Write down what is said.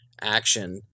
action